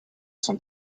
son